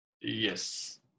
Yes